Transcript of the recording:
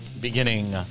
Beginning